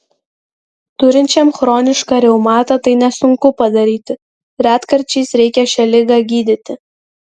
turinčiam chronišką reumatą tai nesunku padaryti retkarčiais reikia šią ligą gydyti